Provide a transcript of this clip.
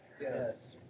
Yes